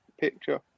picture